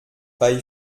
bei